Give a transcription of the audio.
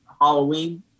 Halloween